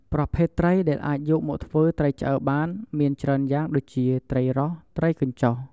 ប្រភេទត្រីដែលអាចយកមកធ្វើ ត្រីឆ្អើរ បានមានច្រើនយ៉ាងដូចជាត្រីរ៉ស់ ត្រីកញ្ជុះ។